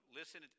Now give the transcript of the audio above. listen